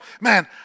man